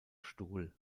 stuhl